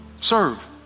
Serve